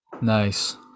Nice